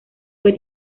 fue